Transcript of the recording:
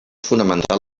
fonamental